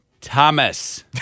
Thomas